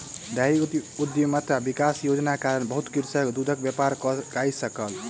dairy उद्यमिता विकास योजना के कारण बहुत कृषक दूधक व्यापार कय सकल